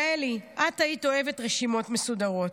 יעלי, את היית אוהבת רשימות מסודרות,